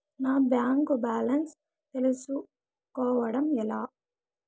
నా bank balance తెలుస్కోవడం ఎలా?